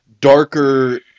darker